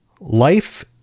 life